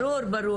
ברור.